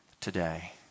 today